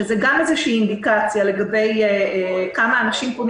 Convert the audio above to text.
שזה גם אינדיקציה לגבי כמה אנשים פונים